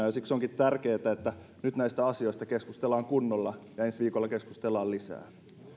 ja siksi onkin tärkeätä että nyt näistä asioista keskustellaan kunnolla ja ensi viikolla keskustellaan lisää